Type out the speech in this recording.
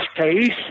case